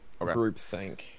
Groupthink